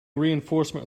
reinforcement